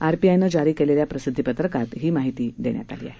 आरपीआयनं जारी केलेल्या प्रसिद्धीपत्रकात ही माहिती दिली आहे